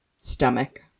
stomach